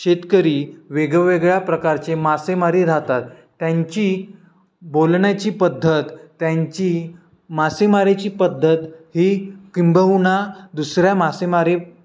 शेतकरी वेगवेगळ्या प्रकारचे मासेमारी राहतात त्यांची बोलण्याची पद्धत त्यांची मासेमारीची पद्धत ही किंबहुना दुसऱ्या मासेमारी